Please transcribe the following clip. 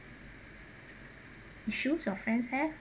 issues your friends have